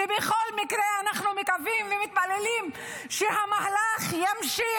בכל מקרה אנחנו מקווים ומתפללים שהמהלך ימשיך,